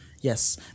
Yes